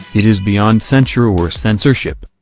it is beyond censure or censorship.